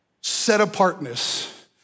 set-apartness